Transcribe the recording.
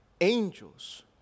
angels